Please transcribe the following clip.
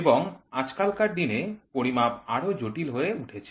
এবং আজকালকার দিনে পরিমাপ আরও জটিল হয়ে উঠেছে